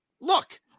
look